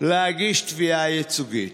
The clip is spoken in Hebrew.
להגיש תביעה ייצוגית.